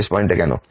শেষ পয়েন্টে কেন